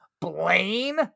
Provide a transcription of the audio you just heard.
Blaine